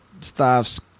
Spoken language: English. stuff's